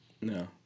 No